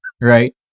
right